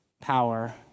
power